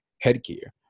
headgear